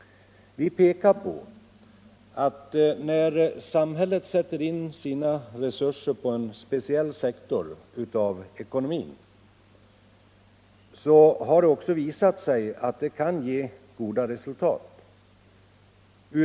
Vi pekar på att när samhället sätter in sina resurser på en speciell sektor av ekonomin har det också visat sig kunna ge goda resultat.